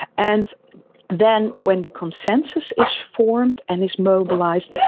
and then when the consensus is formed and is mobilised,